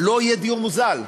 לא יהיה דיור מוזל,